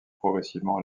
progressivement